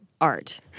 art